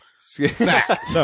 Fact